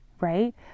right